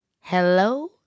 Hello